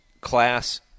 class